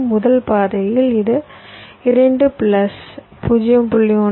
முதல் பாதையில் இது 2 பிளஸ் 0